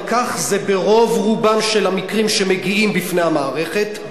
וכך זה ברוב המקרים שמגיעים בפני המערכת.